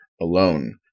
alone